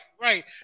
right